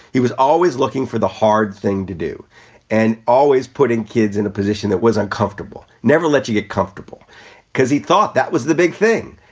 he was always looking for the hard thing to do and always putting kids in a position that was uncomfortable. never let you get comfortable because he thought that was the big thing.